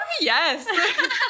Yes